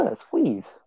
squeeze